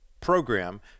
program